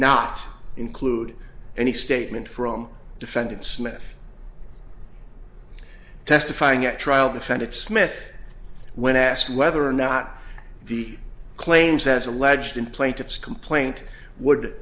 not include any statement from defendant smith testifying at trial defendant smith when asked whether or not the claims as alleged in plaintiff's complaint would